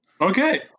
Okay